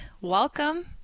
welcome